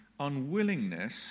unwillingness